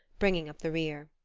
bringing up the rear.